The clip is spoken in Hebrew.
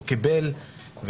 הוא קיבל,